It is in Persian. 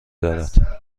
دارد